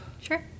sure